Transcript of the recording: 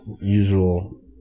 usual